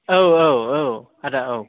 औ औ औ आदा औ